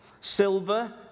silver